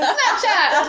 Snapchat